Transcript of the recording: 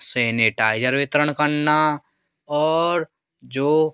sanitiser वितरण करना और जो